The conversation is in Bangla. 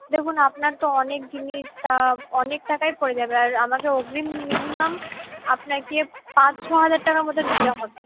দেখুন আপনার তো অনেক জিনিস তা অনেক টাকাই পরে যাবে আর আমাকে অগ্রিম মিনিমাম আপনাকে পাঁচ ছ হাজার টাকার মতো দিতে হবে